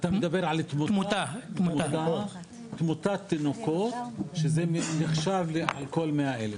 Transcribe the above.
אתה מדבר על תמותת תינוקות לפי כמות הלידות?